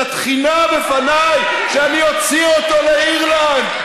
התחינה בפניי שאני אוציא אותו לאירלנד,